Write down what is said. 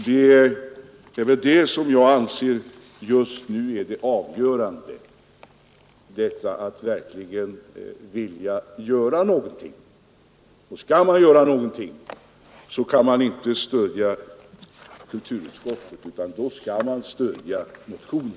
Det avgörande just nu anser jag vara viljan att verkligen göra någonting, och med den inställningen skall man inte stödja kulturutskottet, utan motionen.